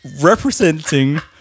representing